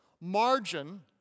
margin